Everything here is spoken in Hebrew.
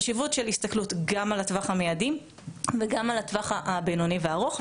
החשיבות של הסתכלות גם על הטווח המיידי וגם על הטווח הבינוני והארוך.